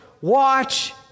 watch